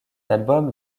album